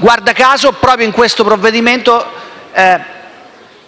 Guarda caso, proprio in questo provvedimento